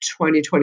2020